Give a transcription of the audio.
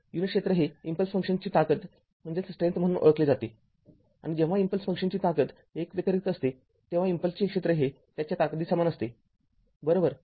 unit क्षेत्र हे impulse फंक्शनची ताकद म्हणून ओळखले जाते आणि जेव्हा इम्पल्स फंक्शनची ताकद १ व्यतिरिक्त असते तेव्हा इम्पल्सचे क्षेत्र हे त्याच्या ताकदीसमान असते बरोबर